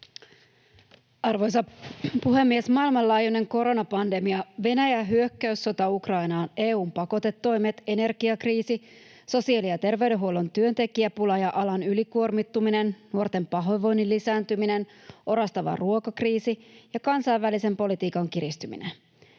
Arvoisa puhemies! Maailmanlaajuinen koronapandemia, Venäjän hyökkäyssota Ukrainaan, EU:n pakotetoimet, energiakriisi, sosiaali- ja terveydenhuollon työntekijäpula ja alan ylikuormittuminen, nuorten pahoinvoinnin lisääntyminen, orastava ruokakriisi ja kansainvälisen politiikan kiristyminen